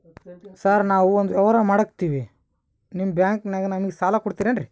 Sir ನಾವು ಒಂದು ವ್ಯವಹಾರ ಮಾಡಕ್ತಿವಿ ನಿಮ್ಮ ಬ್ಯಾಂಕನಾಗ ನಮಿಗೆ ಸಾಲ ಕೊಡ್ತಿರೇನ್ರಿ?